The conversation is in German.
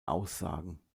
aussagen